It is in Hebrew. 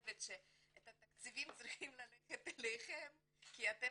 חושבת שהתקציבים צריכים ללכת אליכם כי אתם